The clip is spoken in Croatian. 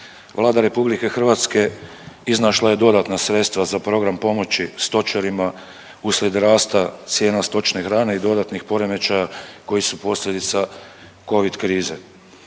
Vlada RH iznašla je dodatna sredstva za program pomoć stočarima uslijed rasta cijena stočne hrane i dodatnih poremećaja koji su posljedica Covid krize.